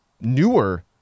newer